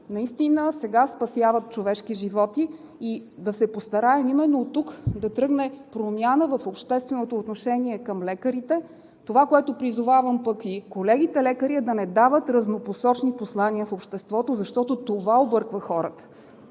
които сега спасяват човешки животи, и да се постараем именно от тук да тръгне промяна в общественото отношение към лекарите. Това, за което призовавам пък колегите лекари, е да не дават разнопосочни послания в обществото, защото това обърква хората.